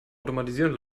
automatisieren